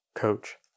Coach